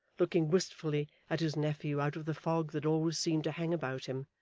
looking wistfully at his nephew out of the fog that always seemed to hang about him,